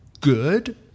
Good